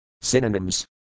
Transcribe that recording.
Synonyms